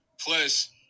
plus